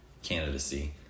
candidacy